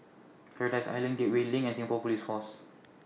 Paradise Island Gateway LINK and Singapore Police Force